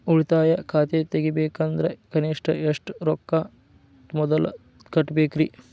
ಉಳಿತಾಯ ಖಾತೆ ತೆಗಿಬೇಕಂದ್ರ ಕನಿಷ್ಟ ಎಷ್ಟು ರೊಕ್ಕ ಮೊದಲ ಕಟ್ಟಬೇಕ್ರಿ?